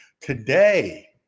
Today